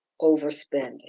overspending